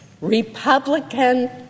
Republican